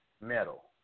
metal